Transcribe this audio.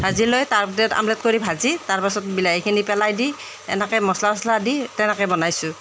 ভাজি লৈ তাৰ দেট আমলেট কৰি ভাজি তাৰ পাছত বিলাহীখিনি পেলাই দি এনেকৈ মছলা চছলা দি তেনেকৈ বনাইছোঁ